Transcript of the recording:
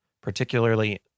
particularly